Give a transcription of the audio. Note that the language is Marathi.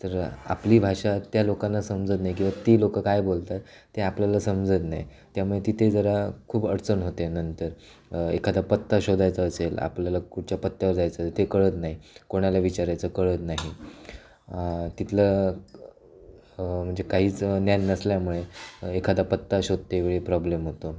तर आपली भाषा त्या लोकांना समजत नाही किंवा ती लोकं काय बोलत आहे ते आपल्याला समजत नाही त्यामुळे तिथे जरा खूप अडचण होते नंतर एखादा पत्ता शोधायचा असेल आपल्याला कुठच्या पत्त्यावर जायचं ते कळत नाही कोणाला विचारायचं कळत नाही तिथलं म्हणजे काहीच ज्ञान नसल्यामुळे एखादा पत्ता शोधतेवेळी प्रॉब्लेम होतो